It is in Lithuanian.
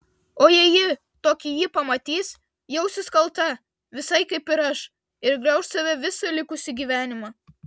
o jei ji tokį jį pamatys jausis kalta visai kaip ir aš ir grauš save visą likusį gyvenimą